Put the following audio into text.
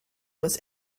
was